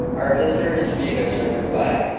our visitor is to be mr enderby.